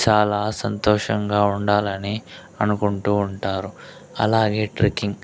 చాలా సంతోషంగా ఉండాలని అనుకుంటూ ఉంటారు అలాగే ట్రిక్కింగ్